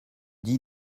dit